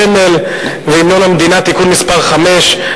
הסמל והמנון המדינה (תיקון מס' 5),